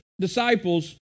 disciples